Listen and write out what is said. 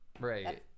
Right